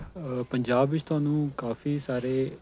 ਪੰਜਾਬ ਵਿੱਚ ਤੁਹਾਨੂੰ ਕਾਫੀ ਸਾਰੇ